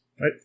Right